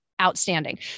Outstanding